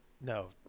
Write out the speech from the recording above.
no